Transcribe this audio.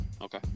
okay